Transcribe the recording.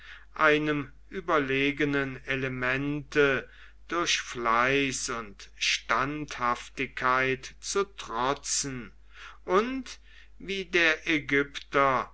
einem überlegenen elemente durch fleiß und standhaftigkeit zu trotzen und wie der aegypter